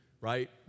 right